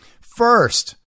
First